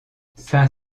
saint